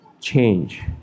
change